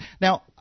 Now